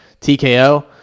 TKO